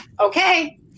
okay